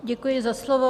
Děkuji za slovo.